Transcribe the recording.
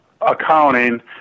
accounting